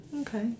Okay